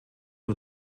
dur